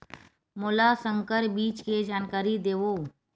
मोला संकर बीज के जानकारी देवो?